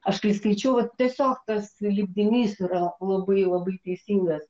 aš kai skaičiau vat tiesiog tas lipdinys yra labai labai teisingas